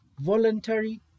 voluntary